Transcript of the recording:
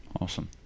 awesome